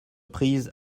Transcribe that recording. prise